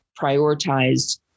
prioritized